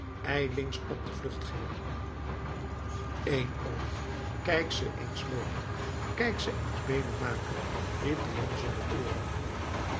ijlings op de vlucht gingen eenoog kijk ze eens loopen kijk ze eens beenen maken riep de man zonder ooren